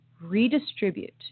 redistribute